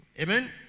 Amen